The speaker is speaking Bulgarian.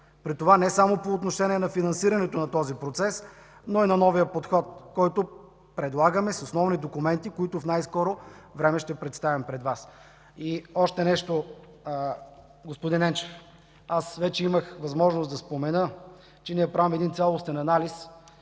При това не само по отношение на финансирането на този процес, но и на новия подход, който предлагаме с основни документи, които в най-скоро време ще представим пред Вас. И още нещо, господин Енчев, аз вече имах възможност да спомена, че ние правим цялостен анализ